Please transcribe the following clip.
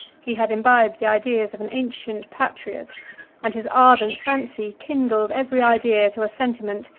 he had imbibed the ideas of an ancient patriot and his ardent fancy kindled every idea to a sentiment,